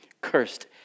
cursed